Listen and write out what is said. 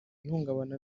ihungabana